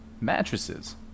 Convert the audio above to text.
mattresses